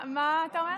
מה אתה אומר?